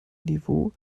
niveau